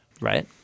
right